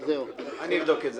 אני אבדוק את זה.